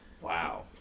Wow